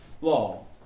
law